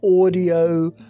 audio